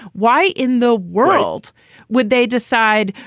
why in the world would they decide,